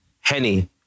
Henny